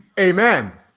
amen.